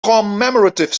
commemorative